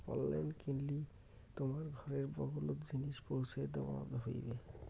online কিনলি তোমার ঘরের বগলোত জিনিস পৌঁছি দ্যাওয়া হইবে